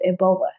Ebola